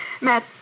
Matt